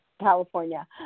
California